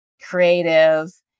creative